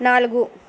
నాలుగు